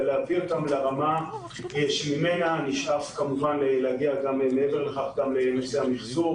להביא אותן לרמה שממנה נשאף להגיע לנושא המחזור